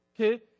okay